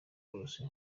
bose